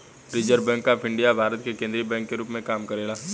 reserve bank of India Bharat के केंद्रीय bank के रूप में काम करेला